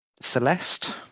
Celeste